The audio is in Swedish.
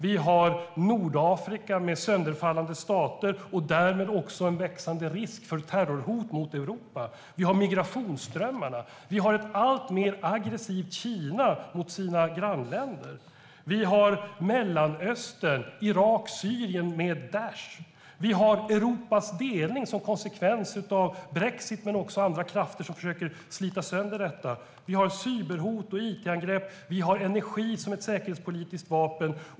Vi har Nordafrika med sönderfallande stater och därmed också en växande risk för terrorhot mot Europa. Vi har migrationsströmmarna. Vi har ett Kina som är alltmer aggressivt mot sina grannländer. Vi har Mellanöstern, Irak och Syrien med Daish. Vi har Europas delning som konsekvens av brexit men också andra krafter som försöker slita sönder. Vi har cyberhot och it-angrepp. Vi har energi som ett säkerhetspolitiskt vapen.